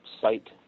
site